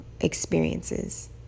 experiences